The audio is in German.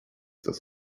das